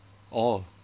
oh